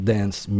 Dance